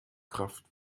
kraft